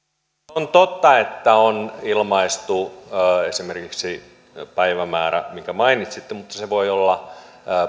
on totta että on ilmaistu esimerkiksi päivämäärä minkä mainitsitte mutta se voi olla